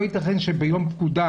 לא יתכן שביום פקודה,